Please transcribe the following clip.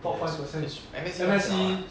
ya ish~ M_S_E 多少啊